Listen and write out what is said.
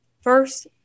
First